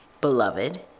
beloved